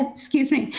excuse me,